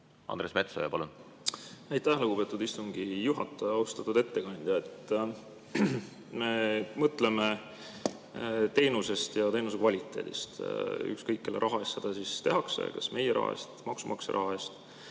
Andres Metsoja, palun!